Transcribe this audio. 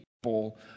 people